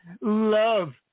love